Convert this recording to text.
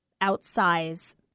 outsize